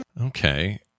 Okay